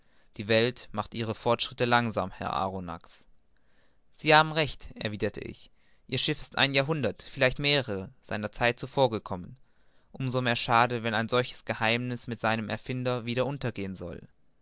die welt macht ihre fortschritte langsam herr arronax sie haben recht erwiderte ich ihr schiff ist ein jahrhundert mehrere vielleicht seiner zeit zuvor gekommen um so mehr schade wenn ein solches geheimniß mit seinem erfinder wieder untergehen soll